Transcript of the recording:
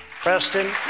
Preston